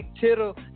Tittle